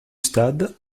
stade